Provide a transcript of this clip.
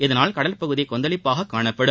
இதனால் கடல்பகுதி கொந்தளிப்பாக காணப்படும்